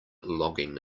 logging